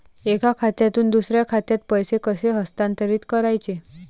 एका खात्यातून दुसऱ्या खात्यात पैसे कसे हस्तांतरित करायचे